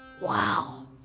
Wow